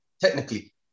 technically